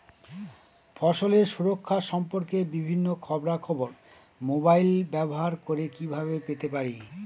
ফসলের সুরক্ষা সম্পর্কে বিভিন্ন খবরা খবর মোবাইল ব্যবহার করে কিভাবে পেতে পারি?